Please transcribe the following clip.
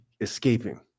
escaping